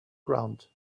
ground